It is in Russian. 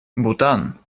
бутан